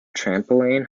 trampoline